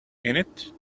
innit